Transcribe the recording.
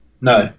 no